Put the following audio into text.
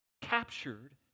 captured